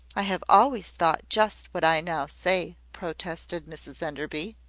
i have always thought just what i now say, protested mrs enderby.